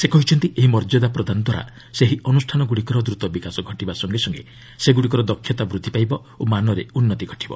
ସେ କହିଛନ୍ତି ଏହି ମର୍ଯ୍ୟଦା ପ୍ରଦାନ ଦ୍ୱାରା ସେହି ଅନୁଷ୍ଠାନଗୁଡ଼ିକର ଦୂତ ବିକାଶ ଘଟିବା ସଙ୍ଗେ ସଙ୍ଗେ ସେଗୁଡ଼ିକର ଦକ୍ଷତା ବୃଦ୍ଧି ପାଇବ ଓ ମାନରେ ଉନ୍ନତି ଘଟିବ